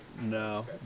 No